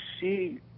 see